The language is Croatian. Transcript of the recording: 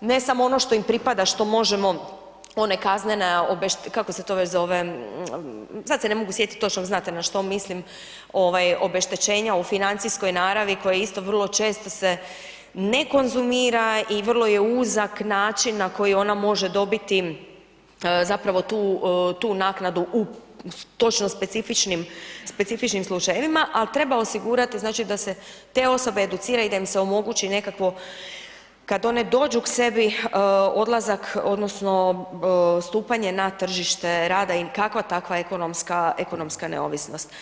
ne samo ono što im pripada što možemo, ona kaznena, kako se to već zove, sad se ne mogu sjetiti točno, znate na što mislim, obeštećenja u financijskoj naravi koje je isto vrlo često se ne konzumira i vrlo je uzak način na koji ona može dobiti zapravo tu naknadu u točno specifičnim slučajevima ali treba osigurati znači da se te osobe educiraju i da im se omogući nekakvo, kad one dođu k sebi odlazak, odnosno stupanje na tržište rada i kakva takva ekonomska neovisnost.